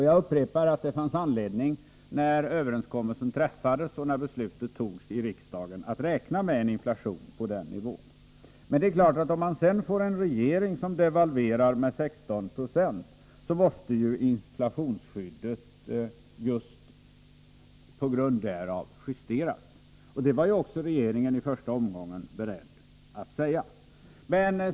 Jag upprepar att det fanns anledning att räkna med en inflation på den nivån när överenskommelsen träffades och när beslutet togs i riksdagen. Men om man sedan får en regering som devalverar med 16 7 är det klart att inflationsskyddet just på grund därav måste justeras. Det var också regeringen i första omgången beredd att göra.